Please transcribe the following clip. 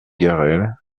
garrel